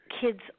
kids